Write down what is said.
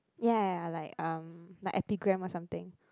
ya like um like Epigram or something